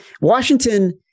Washington